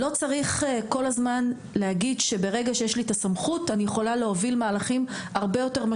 לא צריך להגיד שברגע שיש לי את הסמכות אני יכולה להוביל תהליכים.